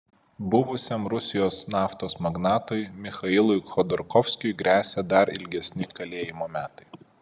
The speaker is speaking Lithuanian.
buvusiam rusijos naftos magnatui michailui chodorkovskiui gresia dar ilgesni kalėjimo metai